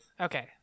Okay